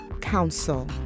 Council